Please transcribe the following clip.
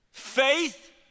faith